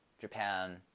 Japan